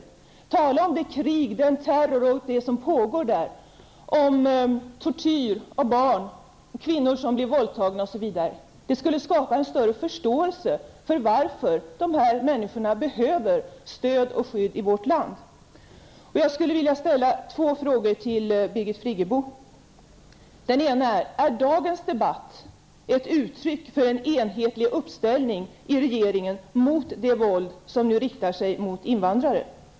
Varför kan man inte tala om det krig, den terror, som pågår där och om tortyr av barn, om kvinnor som blir våldtagna osv. Det skulle skapa en större förståelse för varför de här människorna behöver stöd och skydd i vårt land. Jag skulle vilja ställa två frågor till Birgit Friggebo. Är dagens debatt ett uttryck för en enhetlig uppställning i regeringen mot det våld som nu riktar sig mot invandrare?